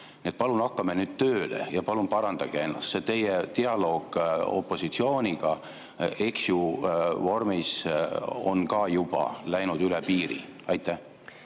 Nii et palun hakkame nüüd tööle ja palun parandage ennast. See teie dialoog opositsiooniga, eks ju, selles vormis on ka juba läinud üle piiri. Aitäh!